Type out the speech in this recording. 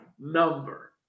number